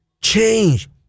change